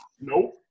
Nope